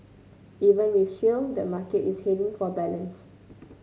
even with shale the market is heading for balance